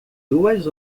duas